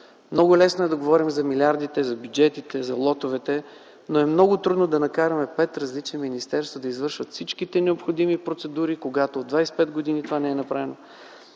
Много лесно е да говорим за милиардите, бюджетите, лотовете, но е много трудно да накараме пет различни министерства да извършат всички необходими процедури, когато това не е направено